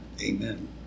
Amen